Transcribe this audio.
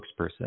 spokesperson